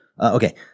Okay